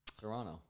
Toronto